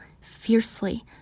fiercely